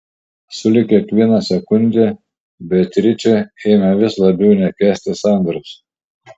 sulig kiekviena sekunde beatričė ėmė vis labiau nekęsti sandros